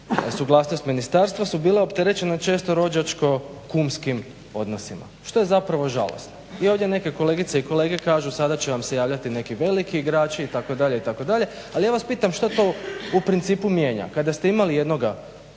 suglasnost ministarstva su bile opterećene često rođačko-kumskim odnosima što je zapravo žalosno. I ovdje neke kolegice i kolege kažu sada će vam se javljati neki veliki igrači itd., itd. Ali ja vas pitam što to u principu mijenja? Kada ste imali jednoga